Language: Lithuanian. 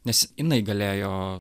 nes jinai galėjo